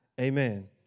Amen